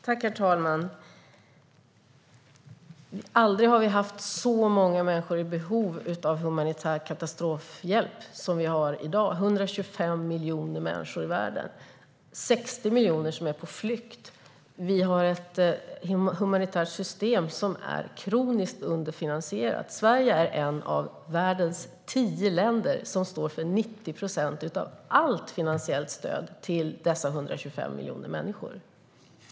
Herr talman! Aldrig har vi haft så många människor i behov av humanitär katastrofhjälp som vi har i dag. Det rör sig om 125 miljoner människor i världen. 60 miljoner människor är på flykt, och vi har ett humanitärt system som är kroniskt underfinansierat. Sverige är ett av de tio länder i världen som står för 90 procent av allt finansiellt stöd till dessa 125 miljoner människor.